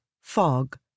fog